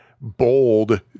bold